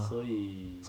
所以